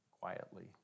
quietly